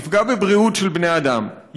יפגע בבריאות של בני אדם,